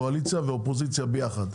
קואליציה ואופוזיציה ביחד.